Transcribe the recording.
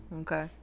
Okay